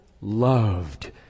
loved